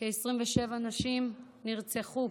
כ-27 נשים נרצחו